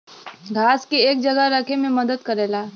घास के एक जगह रखे मे मदद करेला